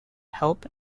help